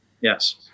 Yes